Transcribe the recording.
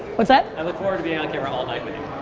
what's that? i look forward to being on camera all night with you.